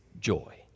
joy